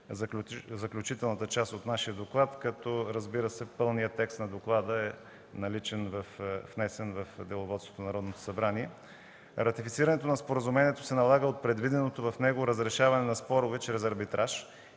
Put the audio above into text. заключителната част от нашия доклад, като, разбира се, пълният текст на доклада е внесен в Деловодството на Народното събрание. „Ратифицирането на споразумението се налага от предвиденото в него разрешаване на спорове чрез арбитраж